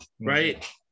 right